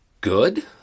Good